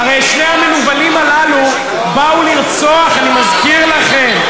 הרי שני המנוולים הללו באו לרצוח, אני מזכיר לכם.